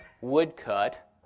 woodcut